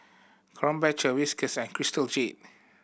Krombacher Whiskas and Crystal Jade